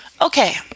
Okay